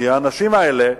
האנשים האלה,